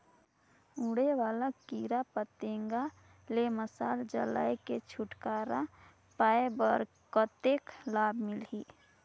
उड़े वाला कीरा पतंगा ले मशाल जलाय के छुटकारा पाय बर कतेक लाभ मिलही?